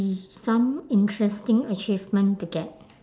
some interesting achievement to get